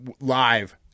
live